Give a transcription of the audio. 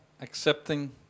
accepting